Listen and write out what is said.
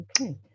Okay